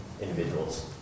individuals